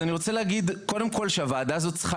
אני רוצה להגיד קודם כל שהוועדה הזאת צריכה